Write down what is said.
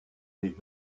les